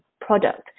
product